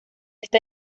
está